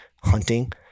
hunting